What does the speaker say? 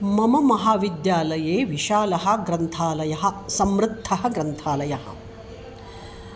मम महाविद्यालये विशालः ग्रन्थालयः समृद्धः ग्रन्थालयः